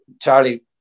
Charlie